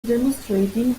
demonstrating